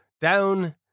down